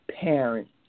parents